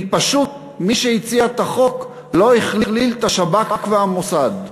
כי פשוט מי שהציע את החוק לא הכליל את השב"כ והמוסד.